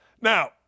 Now